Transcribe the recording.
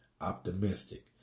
optimistic